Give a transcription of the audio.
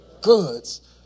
Goods